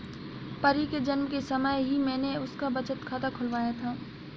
परी के जन्म के समय ही मैने उसका बचत खाता खुलवाया था